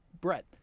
Brett